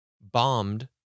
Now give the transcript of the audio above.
bombed